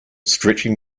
stretching